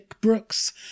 Brooks